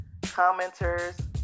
commenters